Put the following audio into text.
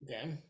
Okay